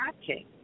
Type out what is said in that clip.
watching